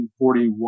1941